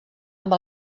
amb